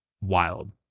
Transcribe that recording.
wild